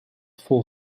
full